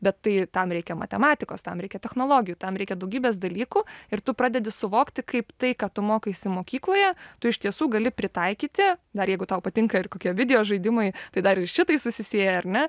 bet tai tam reikia matematikos tam reikia technologijų tam reikia daugybės dalykų ir tu pradedi suvokti kaip tai ką tu mokaisi mokykloje tu iš tiesų gali pritaikyti dar jeigu tau patinka ir kokie video žaidimai tai dar ir šitai susisieja ar ne